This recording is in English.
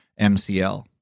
mcl